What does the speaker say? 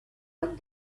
one